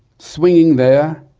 swinging there,